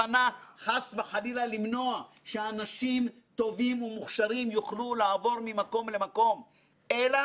אלא שכל הכללים שנקבעו ראוי שייבחנו מחדש בראייה של תקופתנו,